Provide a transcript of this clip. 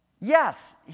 Yes